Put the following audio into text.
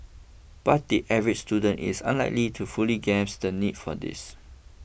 but the average student is unlikely to fully grasp the need for this